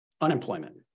unemployment